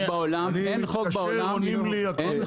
אני מתקשר, עונים לי, הכול בסדר.